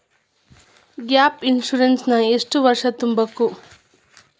Gap insurance ನ ಎಷ್ಟ್ ವರ್ಷ ತುಂಬಕು?